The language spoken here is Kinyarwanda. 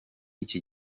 iki